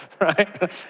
right